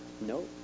No